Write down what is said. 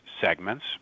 segments